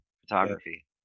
photography